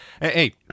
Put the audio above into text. Hey